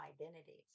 identities